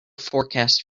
forecast